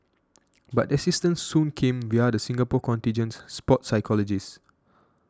but assistance soon came via the Singapore contingent's sports psychologist